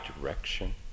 direction